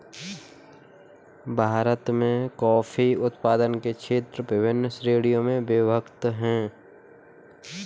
भारत में कॉफी उत्पादन के क्षेत्र विभिन्न श्रेणियों में विभक्त हैं